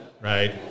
right